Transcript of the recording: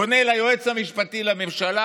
פונה ליועץ המשפטי לממשלה?